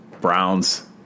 Browns